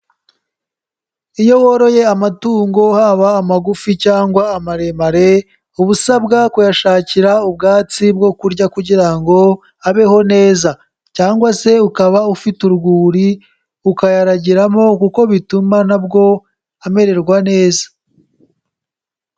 Iyo woroye amatungo haba amagufi cyangwa amaremare, uba usabwa kuyashakira ubwatsi bwo kurya kugira ngo abeho neza. Cyangwa se ukaba ufite urwuri, ukayaragiramo kuko bituma na bwo amererwa neza.